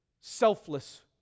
selfless